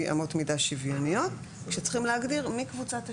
אמות מידה שוויוניות כשצריכים להגדיר מי קבוצת השוויון.